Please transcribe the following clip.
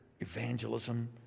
Evangelism